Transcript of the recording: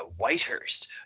Whitehurst